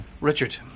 Richard